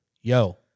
Yo